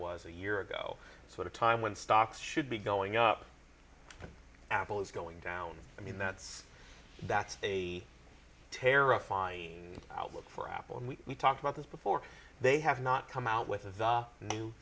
was a year ago so at a time when stocks should be going up and apple is going down i mean that's that's a terrifying outlook for apple and we talked about this before they have not come out with